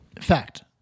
Fact